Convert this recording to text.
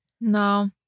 No